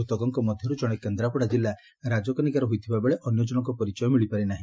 ମୃତକଙ୍କ ମଧ୍ଧରୁ ଜଶେ କେନ୍ଦ୍ରାପଡା ଜିଲ୍ଲା ରାକ୍କନିକା ହୋଇଥିବାବେଳେ ଅନ୍ୟ ଜଶଙ୍କର ପରିଚୟ ମିଳିପାରିନାହି